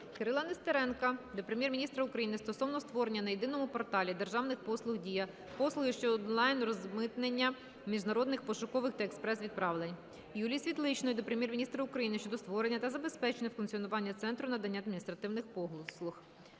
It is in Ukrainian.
Кирилла Нестеренка до Прем'єр-міністра України стосовно створення на Єдиному порталі державних послуг "Дія" послуги щодо онлайн розмитнення міжнародних пошукових та експрес-відправлень. Юлії Світличної до Прем'єр-міністра України щодо створення та забезпечення функціонування Центру надання адміністративних послуг.